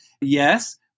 yes